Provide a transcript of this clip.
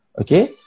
okay